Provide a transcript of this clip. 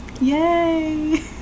Yay